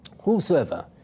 Whosoever